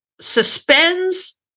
suspends